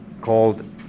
called